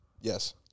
Yes